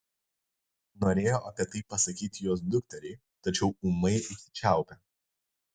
norėjo apie tai pasakyti jos dukteriai tačiau ūmai užsičiaupė